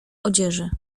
odzieży